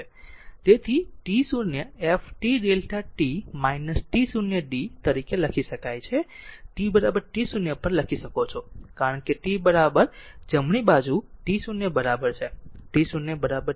તેથી to f t Δ t t0 d લખી શકે છે t t0 પર લખી શકો છો કારણ કે t પર જમણી બાજુ t0 બરાબર છે